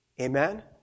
Amen